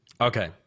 okay